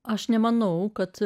aš nemanau kad